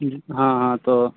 जी हाँ हाँ तो